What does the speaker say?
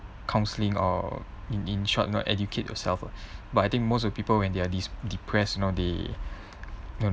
counselling or in in short you know educate yourself ah but I think most of the people when they are de~ depressed you know they